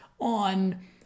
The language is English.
on